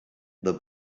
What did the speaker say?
the